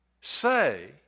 say